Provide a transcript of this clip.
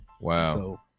Wow